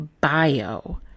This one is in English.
bio